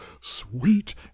sweet